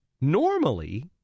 normally